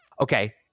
okay –